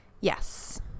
Yes